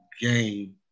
game